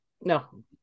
no